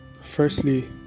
firstly